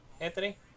Anthony